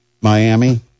Miami